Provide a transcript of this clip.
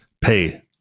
pay